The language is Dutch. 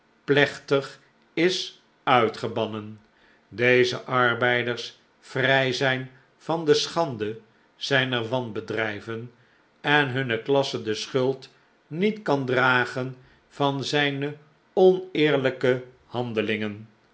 plechtig is uitgebannen deze arbeiders vrij zijn van de schande zijner wanbedrijven en hunne klasse de schuld niet kan dragen van zijne oneerlijke handelingen